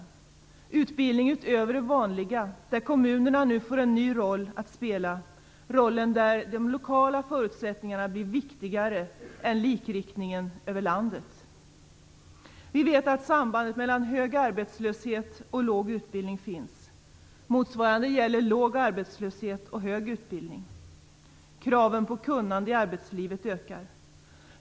Det är en utbildning utöver det vanliga, där kommunerna nu får en ny roll att spela där de lokala förutsättningarna blir viktigare än likriktningen över landet. Vi vet att sambandet mellan hög arbetslöshet och låg utbildning finns. Motsvarande gäller låg arbetslöshet och hög utbildning. Kraven på kunnande i arbetslivet ökar.